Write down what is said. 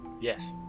Yes